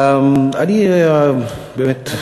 אני באמת,